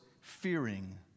fearing